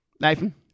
Nathan